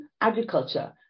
agriculture